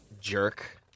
Jerk